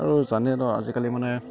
আৰু জানে ন আজিকালি মানে